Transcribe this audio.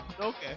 Okay